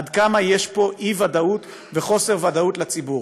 עד כמה יש פה אי-ודאות וחוסר ודאות לציבור.